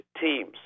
teams